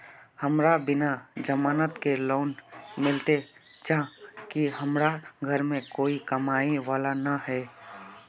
हमरा बिना जमानत के लोन मिलते चाँह की हमरा घर में कोई कमाबये वाला नय है?